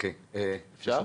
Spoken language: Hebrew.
אפשר?